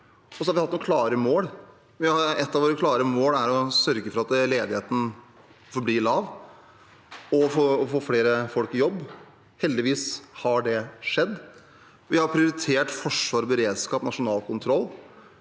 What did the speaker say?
vi har hatt noen klare mål. Et av våre klare mål er å sørge for at ledigheten forblir lav, og at vi får flere folk i jobb. Heldigvis har det skjedd. Vi har prioritert forsvar og beredskap og nasjonal kontroll.